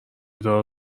دار